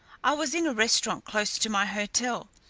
i was in a restaurant close to my hotel.